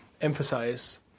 emphasize